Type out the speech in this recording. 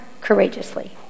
courageously